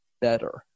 better